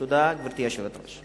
תודה, גברתי היושבת-ראש.